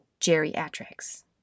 Geriatrics